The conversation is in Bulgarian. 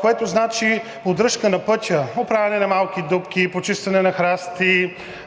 което значи поддържка на пътя – оправяне на малки дупки, почистване на храсти,